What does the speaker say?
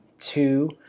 Two